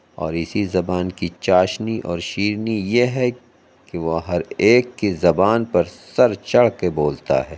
اور اِسی زبان کی چاشنی اور شیرنی یہ ہے کہ وہ ہر ایک کی زبان پر سر چڑھ کے بولتا ہے